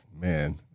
man